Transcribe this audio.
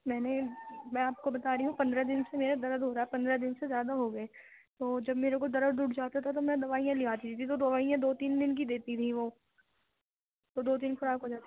میں نے میں آپ کو بتا رہی ہوں پندرہ دن سے میرا درد ہو رہا ہے پندرہ دن سے زیادہ ہو گئے اور جو میرے کو درد اٹھ جاتا تھا تو میں دوائیاں لے آتی تھی تو دوائیاں دو تین دن کی دیتی تھیں وہ تو دو تین خوراک ہو جاتی